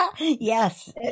yes